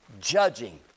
judging